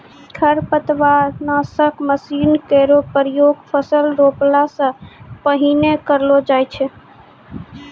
खरपतवार नासक मसीन केरो प्रयोग फसल रोपला सें पहिने करलो जाय छै